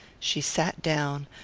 she sat down,